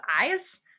eyes